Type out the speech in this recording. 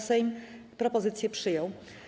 Sejm propozycje przyjął.